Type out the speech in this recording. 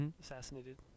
assassinated